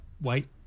wait